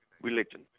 religion